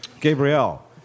Gabrielle